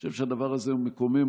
אני חושב שהדבר הזה הוא מקומם,